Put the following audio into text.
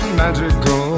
magical